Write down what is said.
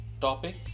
topic